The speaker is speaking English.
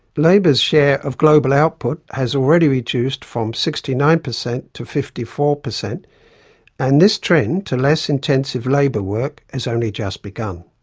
labour's share of global output has already reduced from sixty nine percent to fifty four percent and this trend to less intensive labour work has only just begun.